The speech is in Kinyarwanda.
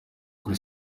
kuri